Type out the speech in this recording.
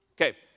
Okay